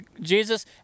Jesus